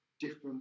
different